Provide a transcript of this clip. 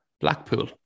Blackpool